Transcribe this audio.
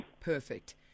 Perfect